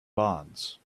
bonds